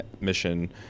mission